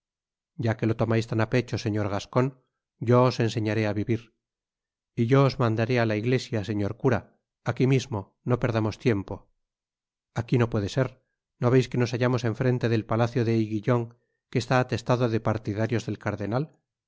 ya que lo tomais tan á pecho señor gascon yo os enseñaré á vivir y yo os mandaré á la iglesia señor cura aquí mismo no perdamos tiempo aquí no puede ser no veis que nos hallamos en frente del palacio de aiguillon que está atestado de partidarios del cardenal